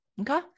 okay